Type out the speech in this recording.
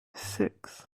six